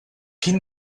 quin